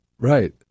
right